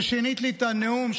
ששינית לי את הנאום,